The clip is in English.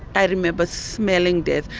i remember smelling death.